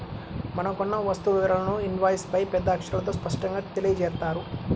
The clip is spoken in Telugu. మనం కొన్న వస్తువు వివరాలను ఇన్వాయిస్పై పెద్ద అక్షరాలతో స్పష్టంగా తెలియజేత్తారు